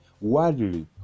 worldly